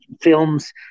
films